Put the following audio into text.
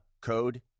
code